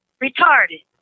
retarded